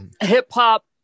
hip-hop